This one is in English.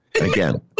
Again